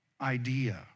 idea